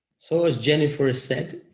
so as jennifer has said,